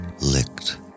Licked